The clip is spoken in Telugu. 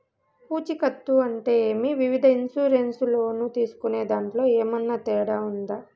పూచికత్తు అంటే ఏమి? వివిధ ఇన్సూరెన్సు లోను తీసుకునేదాంట్లో ఏమన్నా తేడా ఉందా?